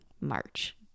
March